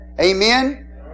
Amen